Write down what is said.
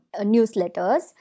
newsletters